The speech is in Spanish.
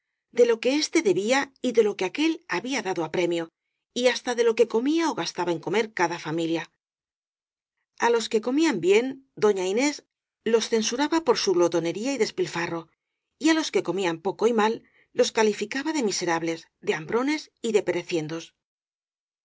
de lo que éste debía y de lo que aquél había dado á premio y hasta de lo que comía ó gastaba en comer cada familia á los que comían bien do ña inés los censuraba por su glotonería y despil farro y á los que comían poco y mal los calificaba de miserables de ambrones y de pereciendos no